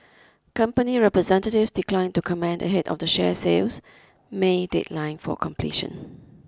company representatives declined to comment ahead of the share sale's may deadline for completion